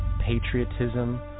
patriotism